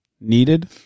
needed